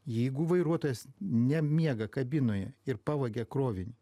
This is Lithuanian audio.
jeigu vairuotojas nemiega kabinoje ir pavogia krovinį